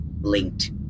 linked